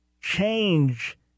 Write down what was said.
change